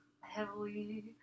Heavily